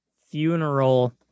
funeral